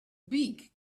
beak